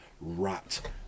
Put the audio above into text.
rat